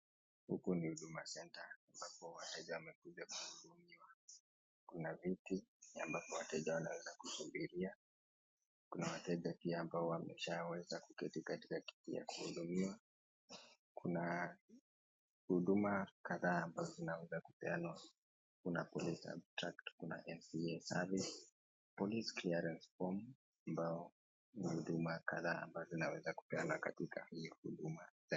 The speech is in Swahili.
Huku ni HUDUMA CENTER . Kuna wateja wamekuja kuhudumiwa, Kuna viti ambapo wateja wanaweza kusubiria . Kuna wateja wengine ambao ameshaweza kuketi katika kiti ya kuhudumia. Kuna huduma kadhaa ambazo zinaweza kupeanwa ,kuna kusubtract ,nca service, police clearance form na udhuma kadhaa ambazo zinawezwa kupeanwa katika huduma center.